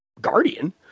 guardian